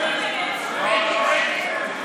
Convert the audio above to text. שמית.